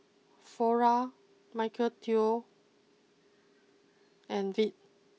Flora Michael Trio and Veet